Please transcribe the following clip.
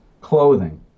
clothing